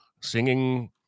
singing